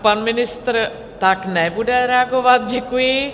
Pan ministr nebude reagovat, děkuji.